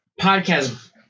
podcast